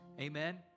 Amen